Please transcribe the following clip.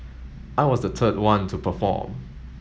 I was the third one to perform